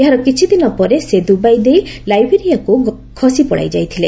ଏହାର କିଛିଦିନ ପରେ ସେ ଦୁବାଇ ଦେଇ ଲାଇବେରିଆକୁ ଖସି ପଳାଇଯାଇଥିଲା